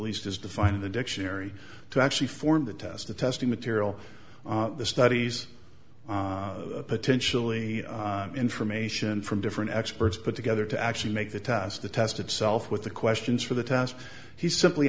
least is defined in the dictionary to actually form the test the testing material the studies potentially information from different experts put together to actually make the test the test itself with the questions for the task he's simply